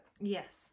yes